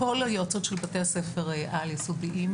כל היועצות של בתי הספר העל-יסודיים,